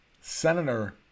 Senator